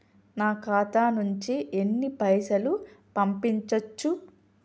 నా ఖాతా నుంచి ఎన్ని పైసలు పంపించచ్చు?